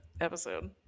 episode